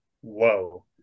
whoa